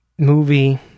movie